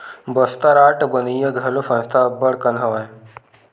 Bastar art बनइया घलो संस्था अब्बड़ कन हवय